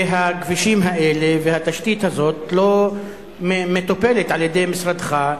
והכבישים האלה והתשתית הזאת לא מטופלים על-ידי משרדך.